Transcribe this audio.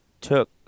took